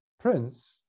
Prince